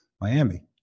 Miami